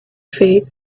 feet